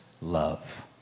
love